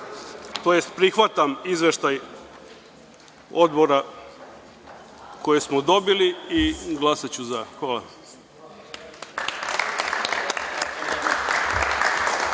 u redu. Prihvatam izveštaj Odbora koji smo dobili i glasaću za ovo. Hvala.